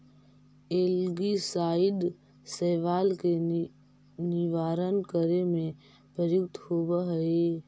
algicide शैवाल के निवारण करे में प्रयुक्त होवऽ हई